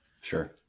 Sure